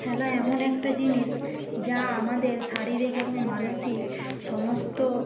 খেলা এমন একটা জিনিস যা আমাদের শারীরিক এবং মানসিক সমস্ত